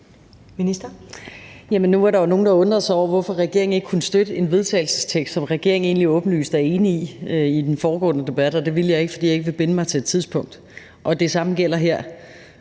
Nu var der jo nogle, der undrede sig over, hvorfor regeringen ikke kunne støtte en vedtagelsestekst, som regeringen egentlig åbenlyst er enig i, i den foregående debat, og det ville jeg ikke, fordi jeg ikke vil binde mig til et tidspunkt. Og det samme gælder her.